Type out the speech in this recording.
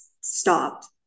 stopped